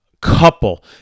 couple